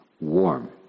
warm